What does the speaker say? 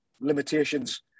limitations